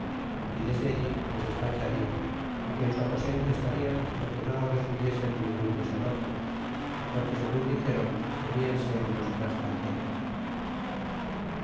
y desde allí les despacharla y que en su aposento estarían porque no recibiesen ningun deshonor porque segun dixeron temianse de los tlascaltecas